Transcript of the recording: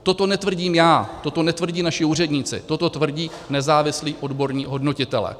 Toto netvrdím já, toto netvrdí naši úředníci, toto tvrdí nezávislí odborní hodnotitelé.